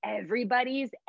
everybody's